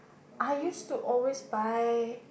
I used to always buy